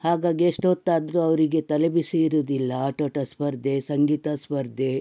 ಹಾಗಾಗಿ ಎಷ್ಟೊತ್ತಾದರೂ ಅವರಿಗೆ ತಲೆಬಿಸಿ ಇರುವುದಿಲ್ಲ ಆಟೋಟ ಸ್ಪರ್ಧೆ ಸಂಗೀತ ಸ್ಪರ್ಧೆ